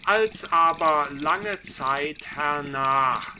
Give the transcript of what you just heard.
als aber lange zeit hernach